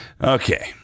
Okay